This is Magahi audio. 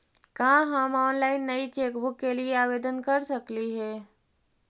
का हम ऑनलाइन नई चेकबुक के लिए आवेदन कर सकली हे